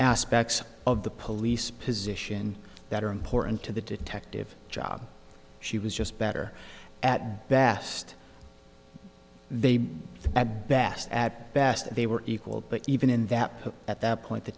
aspects of the police position that are important to the detective job she was just better at best they at best at best they were equal but even in that at that point the